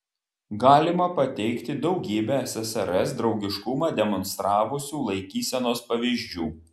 galima pateikti daugybę ssrs draugiškumą demonstravusių laikysenos pavyzdžių